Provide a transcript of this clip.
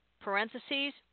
parentheses